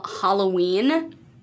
Halloween